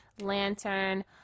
lantern